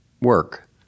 work